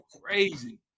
crazy